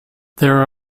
there